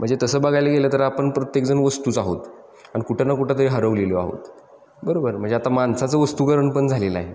म्हणजे तसं बघायला गेलं तर आपण प्रत्येकजण वस्तूच आहोत आणि कुठं ना कुठं तरी हरवलेलो आहोत बरोबर म्हणजे आता माणसाचं वस्तूकरण पण झालेलं आहे